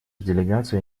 делегация